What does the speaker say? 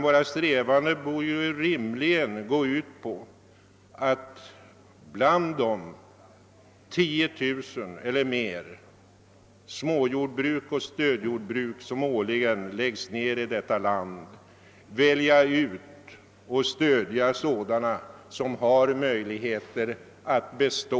Våra strävanden borde i stället rimligen gå ut på att vi bland de 10 000 eller flera småbruk eller stödjordbruk som årligen läggs ned i detta land valde ut och stödde sådana som har möjligheter att bestå.